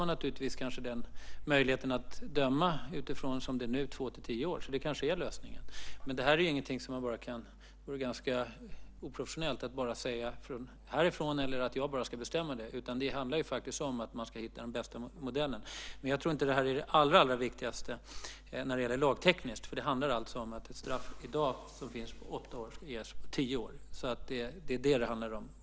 Då har man möjligheten att döma till två-tio år, som det är nu. Det kanske är lösningen. Men det vore ganska oprofessionellt att bara säga detta härifrån eller om jag bara skulle bestämma det. Det handlar om att man ska hitta den bästa modellen. Jag tror inte att detta är det allra viktigaste lagtekniskt sett, för det handlar om att det straff som finns i dag på åtta år ska ges på tio år.